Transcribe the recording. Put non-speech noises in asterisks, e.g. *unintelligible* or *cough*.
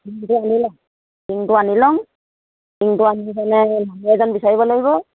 *unintelligible*